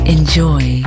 Enjoy